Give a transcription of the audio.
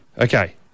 Okay